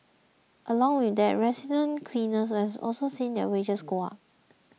along with that resident cleaners have also seen their wages go up